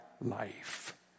life